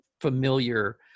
familiar